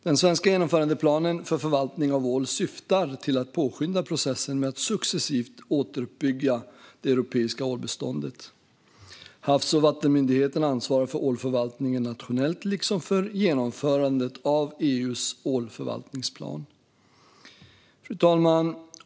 Den svenska genomförandeplanen för förvaltning av ål syftar till att påskynda processen med att successivt återuppbygga det europeiska ålbeståndet. Havs och vattenmyndigheten ansvarar för ålförvaltningen nationellt liksom för genomförandet av EU:s ålförvaltningsplan.